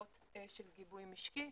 למטרות של גיבוי משקי,